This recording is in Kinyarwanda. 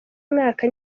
mwaka